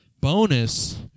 Bonus